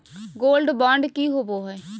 Gold bond की होबो है?